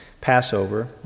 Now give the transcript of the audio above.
Passover